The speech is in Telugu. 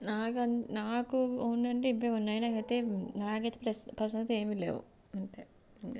నాకం నాకు ఓన్ అంటే ఇవే ఉన్నాయి నాకు అయితే ప్రస్ ప్రస్తుతానికి అయితే ఏమి లేవు అంతే